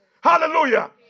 Hallelujah